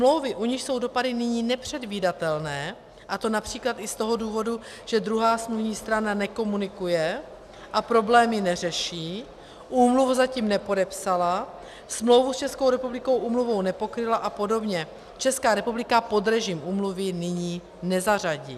Smlouvy, u nichž jsou dopady nyní nepředvídatelné, a to například i z toho důvodu, že druhá smluvní strana nekomunikuje a problémy neřeší, úmluvu zatím nepodepsala, smlouvu s Českou republikou úmluvou nepokryla a podobně, Česká republika pod režim úmluvy nyní nezařadí.